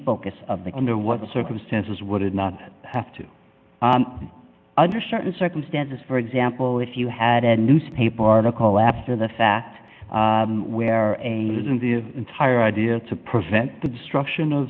focus of the under what circumstances would it not have to be under certain circumstances for example if you had a newspaper article after the fact where in the entire idea to prevent the destruction of